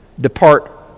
depart